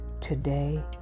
today